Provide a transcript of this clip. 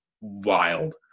wild